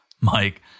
Mike